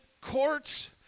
courts